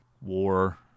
war